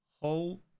whole